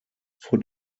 vor